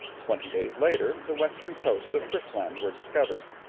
twenty days later the western coasts of frisland were discovered.